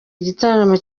igitaramo